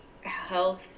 health